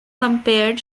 compared